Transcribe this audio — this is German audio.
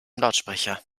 lautsprecher